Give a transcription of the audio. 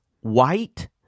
white